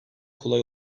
kolay